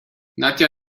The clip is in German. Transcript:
nadja